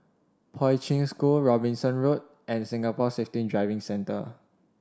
Poi Ching School Robinson Road and Singapore Safety Driving Centre